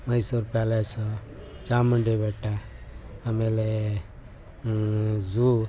Mysuru palace Chamundi ಬೆಟ್ಟ ಆಮೇಲೆ zoo